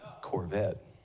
Corvette